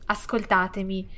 Ascoltatemi